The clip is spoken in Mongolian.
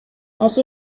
аль